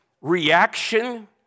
reaction